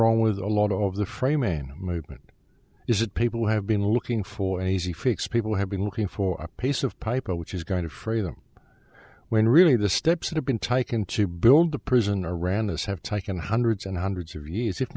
wrong with a lot of the frame movement is that people have been looking for an easy fix people have been looking for a piece of pipe which is going to free them when really the steps that have been taken to build the prisoner around this have taken hundreds and hundreds of years if